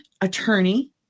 attorney